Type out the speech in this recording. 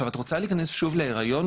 אם את רוצה להיכנס שוב להיריון,